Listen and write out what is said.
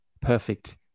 perfect